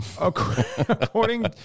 According